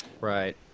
right